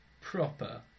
proper